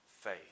faith